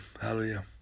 Hallelujah